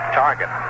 target